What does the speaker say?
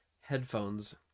headphones